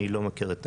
אני לא מכיר את